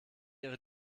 ihre